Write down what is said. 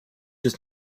does